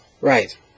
Right